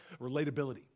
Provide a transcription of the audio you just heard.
relatability